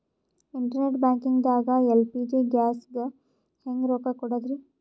Internet banking ದಾಗ LPG ಗ್ಯಾಸ್ಗೆ ಹೆಂಗ್ ರೊಕ್ಕ ಕೊಡದ್ರಿ?